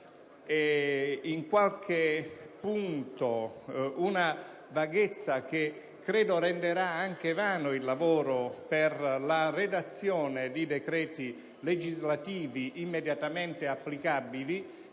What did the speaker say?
in qualche punto c'è una vaghezza che credo renderà vano anche il lavoro per la redazione di decreti legislativi immediatamente applicabili